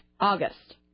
August